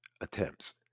attempts